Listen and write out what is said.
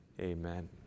Amen